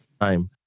time